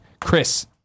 Chris